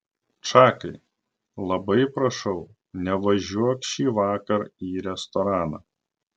čakai labai prašau nevažiuok šįvakar į restoraną